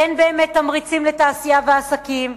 אין באמת תמריצים לתעשייה ועסקים,